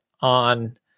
on